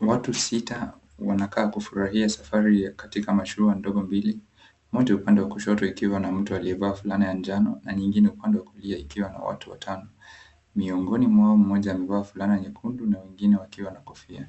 Watu sita wanakaa kufurahia safari ya katika mashua ndogo mbili, moja ikiwa upande wa kushoto ikiwa na mtu aliyevaa fulana ya njano na nyingine upande wa kulia ikiwa na watu watano. Miongoni mwao mmoja amevaa fulana nyekundu na wengine wakiwa na kofia.